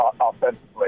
offensively